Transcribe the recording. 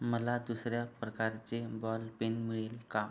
मला दुसऱ्या प्रकारचे बॉल पेन मिळेल का